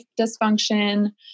dysfunction